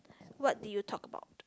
what did you talk about